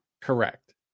Correct